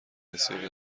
بسیاری